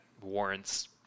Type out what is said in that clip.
warrants